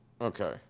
Okay